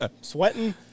sweating